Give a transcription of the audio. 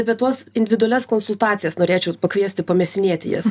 apie tuos individualias konsultacijas norėčiau pakviesti pamėsinėti jas